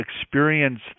experience